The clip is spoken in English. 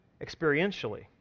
experientially